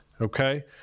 okay